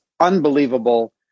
unbelievable